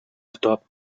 top